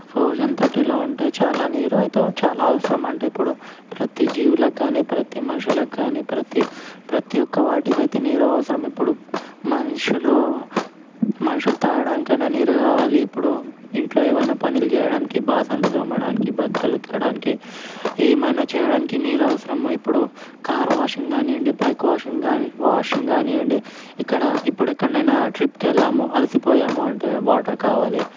రోజు అంతటిలో అంటే చాలా నీరు అయితే చాలా అవసరం అంటే ఇప్పుడు ప్రతి జీవులకు కానీ ప్రతి మనుషులకు కానీ ప్రతీ ప్రతీ ఒక్క వాటికి అయితే నీరు అవసరం ఇప్పుడు మనుషులు మనుషులు తాగడానికైనా నీరు కావాలి ఇప్పుడు ఇంట్లో ఏవైనా పనులు చేయడానికి బేసన్లు తోమడానికి బట్టలు ఉతకడానికి ఏమైనా చేయడానికి నీరు అవసరము ఇప్పుడు కార్ వాషింగ్ కానివ్వండి బైక్ వాషింగ్ కాని వాషింగ్ కానివ్వండి ఇక్కడ ఇప్పుడు ఎక్కడైనా ట్రిప్కి వెళ్ళాము అలసి పోయామంటే వాటర్ కావాలి